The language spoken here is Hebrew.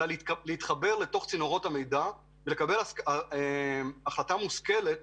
אלא להתחבר לצינורות המידע ולקבל החלטה מושכלת